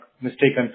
mistaken